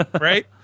right